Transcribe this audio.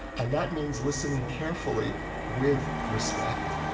and that means listening carefully with respect,